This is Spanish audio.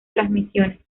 transmisiones